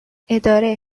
اداره